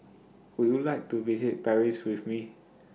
Would YOU like to visit Paris with Me